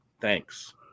Thanks